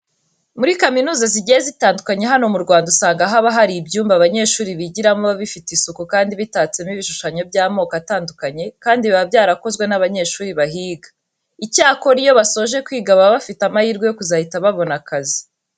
Muri kaminuza zigiye zitandukanye hano mu Rwanda usanga haba hari ibyumba abanyeshuri bigiramo biba bifite isuku kandi bitatsemo ibishushanyo by'amoko atandukanye kandi biba byarakozwe n'abanyeshuri bahiga. Icyakora, iyo basoje kwiga baba bafite amahirwe yo kuzahita babona akazi.